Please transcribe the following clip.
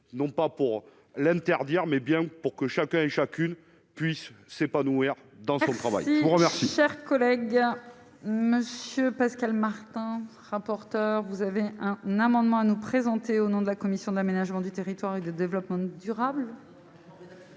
non pas pour l'interdire, mais bien pour que chacun et chacune puisse s'épanouir dans son travail, grand-mère.